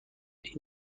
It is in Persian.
این